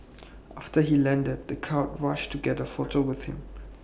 after he landed the crowds rushed to get A photo with him